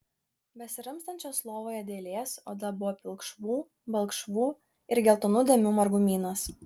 besiramstančios lovoje dėlės oda buvo pilkšvų balkšvų ir geltonų dėmių margumynas